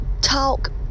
talk